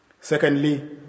secondly